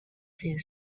these